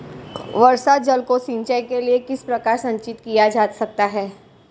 वर्षा जल को सिंचाई के लिए किस प्रकार संचित किया जा सकता है?